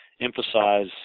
emphasize